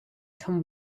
come